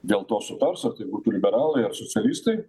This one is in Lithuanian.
dėl to sutars ar būtų liberalai ar socialistai